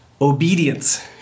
Obedience